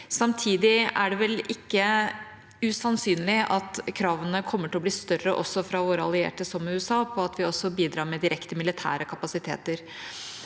Samtidig er det vel ikke usannsynlig at kravene kommer til å bli større også fra våre allierte, som USA, om at vi også bidrar med direkte militære kapasiteter.